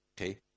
Okay